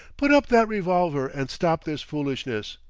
put up that revolver and stop this foolishness.